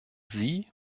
sie